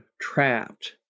trapped